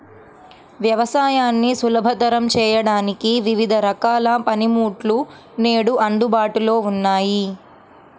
వ్యవసాయాన్ని సులభతరం చేయడానికి వివిధ రకాల పనిముట్లు నేడు అందుబాటులో ఉన్నాయి